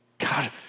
God